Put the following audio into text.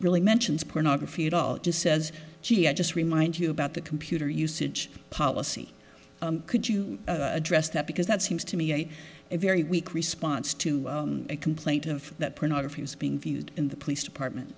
really mentions pornography at all just says gee i just remind you about the computer usage policy could you address that because that seems to me a very weak response to a complaint of that pornography is being viewed in the police department